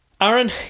Aaron